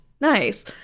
Nice